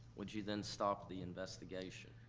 would you then stop the investigation?